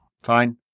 fine